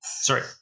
Sorry